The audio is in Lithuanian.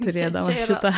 turėdamos šitą